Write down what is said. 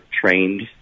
trained